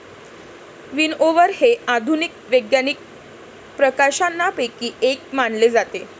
विनओवर हे आधुनिक वैज्ञानिक प्रकाशनांपैकी एक मानले जाते